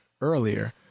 earlier